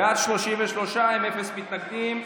בעד, 33, אפס מתנגדים.